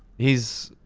he's,